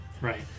Right